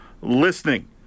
listening